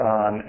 on